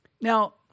Now